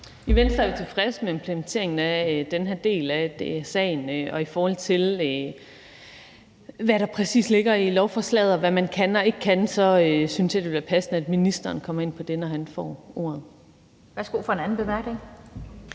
I Venstre er vi tilfredse med implementeringen af den her del af DSA-forordningen. I forhold til hvad der præcis ligger i lovforslaget og hvad man kan og ikke kan, synes jeg, det ville være passende, at ministeren kommer ind på det, når han får ordet. Kl. 13:39 Den fg.